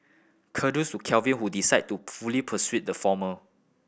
Kudos to Kevin who decided to fully pursue the former